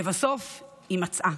ולבסוף מצאה."